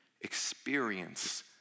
experience